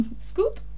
Scoop